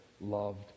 loved